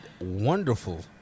wonderful